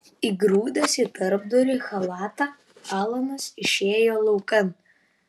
įgrūdęs į tarpdurį chalatą alanas išėjo laukan